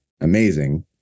amazing